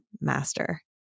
master